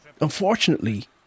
unfortunately